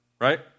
Right